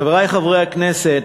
חברי חברי הכנסת,